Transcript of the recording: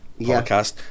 podcast